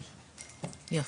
יופי.